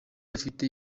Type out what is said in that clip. afite